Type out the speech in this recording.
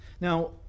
Now